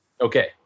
Okay